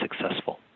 successful